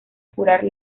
curar